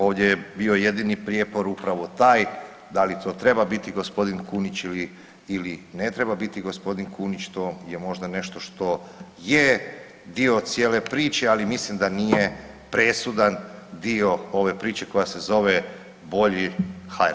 Ovdje je bio jedini prijepor upravo taj, da li to treba biti g. Kunić ili ne treba biti g. Kunić, to je možda nešto što je dio cijele priče, ali mislim da nije presudan dio ove priče koja se zove bolji HRT.